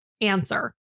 answer